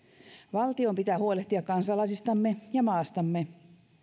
valtion pitää huolehtia kansalaisistamme ja maastamme